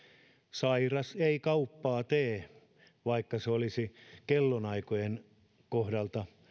sairas ei kauppaa tee vaikka se olisi kellonaikojen kohdalta